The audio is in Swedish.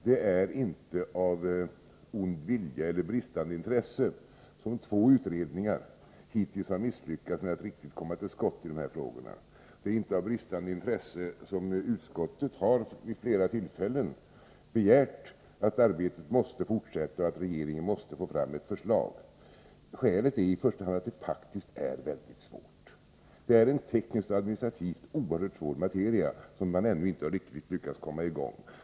Det är inte av ond vilja eller bristande intresse som två utredningar hittills misslyckats med att riktigt komma till skott i dessa frågor. Det är inte heller av bristande intresse som utskottet vid flera tillfällen begärt att arbetet måste fortsätta och att regeringen måste få fram ett förslag. Skälet är i första hand att det faktiskt är väldigt svårt. Det är på grund av att detta är en tekniskt och administrativt oerhört svår materia som man ännu inte riktigt lyckats komma i gång.